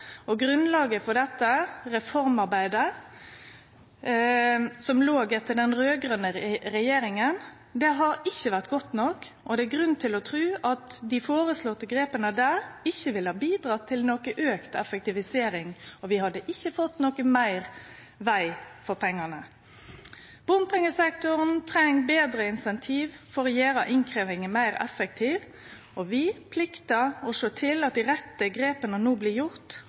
Noreg. Grunnlaget for dette reformarbeidet, som låg der etter den raud-grøne regjeringa, har ikkje vore godt nok, og det er grunn til å tru at dei føreslåtte grepa der ikkje ville ha bidrege til auka effektivisering. Og vi hadde ikkje fått noko meir veg for pengane. Bompengesektoren treng betre incentiv for å gjere innkrevjinga meir effektiv. Vi pliktar å sjå til at dei rette grepa no blir